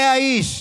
זה האיש.